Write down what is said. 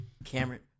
Cameron